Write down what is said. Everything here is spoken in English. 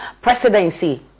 presidency